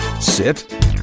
Sit